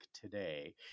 today